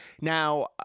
Now